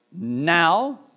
now